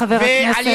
חבר הכנסת טיבי.